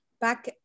back